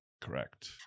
Correct